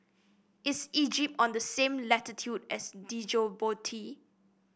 is Egypt on the same latitude as Djibouti